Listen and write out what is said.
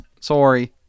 Sorry